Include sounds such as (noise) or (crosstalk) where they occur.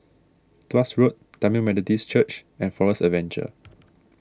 (noise) Tuas Road Tamil Methodist Church and Forest Adventure